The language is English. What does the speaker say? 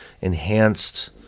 enhanced